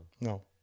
No